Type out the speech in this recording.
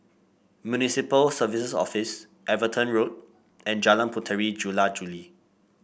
Municipal Services Office Everton Road and Jalan Puteri Jula Juli